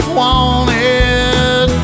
wanted